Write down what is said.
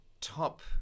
Top